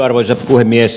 arvoisa puhemies